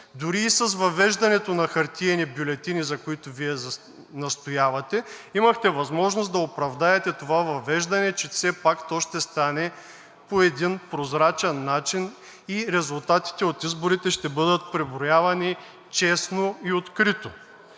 Дори и с въвеждането на хартиени бюлетини, за които настоявате, имахте възможност да оправдаете това въвеждане, че то все пак ще стане по един прозрачен начин и резултатите от изборите ще бъдат преброявани честно и открито.